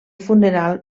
funeral